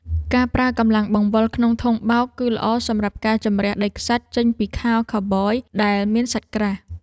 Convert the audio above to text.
ការប្រើកម្លាំងបង្វិលក្នុងធុងបោក គឺល្អសម្រាប់ការជម្រះដីខ្សាច់ចេញពីខោខូវប៊យដែលមានសាច់ក្រាស់។